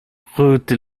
route